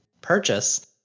purchase